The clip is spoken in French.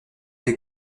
des